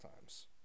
times